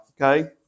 okay